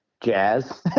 jazz